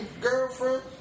girlfriend